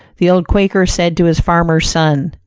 the old quaker said to his farmer son,